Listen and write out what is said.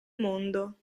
mondo